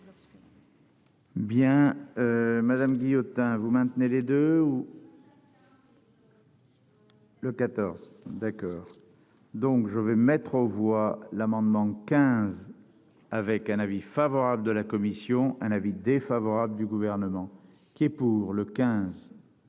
Bien madame Guillotin, vous maintenez les 2. Le 14, d'accord, donc je vais mettre aux voix l'amendement 15 avec un avis favorable de la commission, un avis défavorable du gouvernement qui est pour le 15.